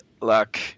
luck